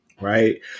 Right